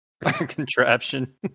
Contraption